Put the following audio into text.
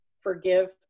forgive